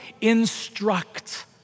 instruct